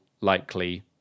likely